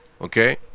Okay